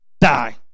die